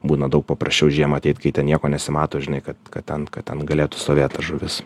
būna daug paprasčiau žiemą ateit kai ten nieko nesimato žinai kad kad ten ką ten galėtų stovėt ta žuvis